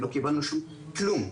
לא קיבלנו שום כלום.